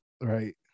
right